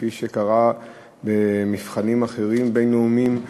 כפי שקרה במבחנים בין-לאומיים אחרים,